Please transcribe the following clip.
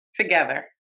together